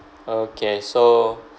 okay so